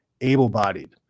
able-bodied